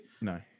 No